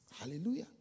hallelujah